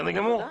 בסדר גמור.